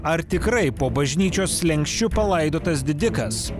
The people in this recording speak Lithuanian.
ar tikrai po bažnyčios slenksčiu palaidotas didikas